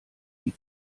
die